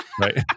right